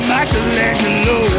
Michelangelo